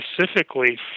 specifically